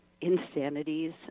insanities